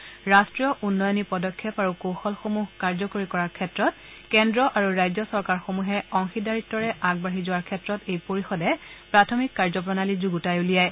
বিভিন্ন খণ্ডত ৰাষ্টীয় উন্নয়নী পদক্ষেপ আৰু কৌশলসমূহ কাৰ্য্যকৰী কৰাৰ ক্ষেত্ৰত কেন্দ্ৰ আৰু ৰাজ্য চৰকাৰসমূহে অংশীদাৰিতূৰে আগবাঢ়ি যোৱাৰ ক্ষেত্ৰত এই সমিতিয়ে প্ৰাথমিক কাৰ্য্প্ৰণালী যুগুতাই উলিয়ায়